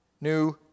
new